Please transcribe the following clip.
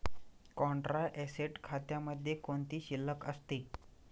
Contra asset खात्यामध्ये कोणती शिल्लक असते?